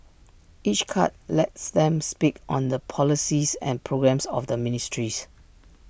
each cut lets them speak on the policies and programmes of the ministries